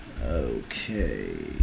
Okay